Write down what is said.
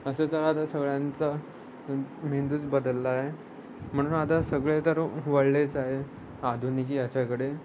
असं तर आता सगळ्यांचा मेंदूच बदलला आहे म्हणून आता सगळे तर वळलेच आहे आधुनिक याच्याकडे